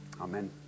Amen